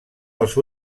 els